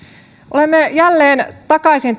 olemme jälleen takaisin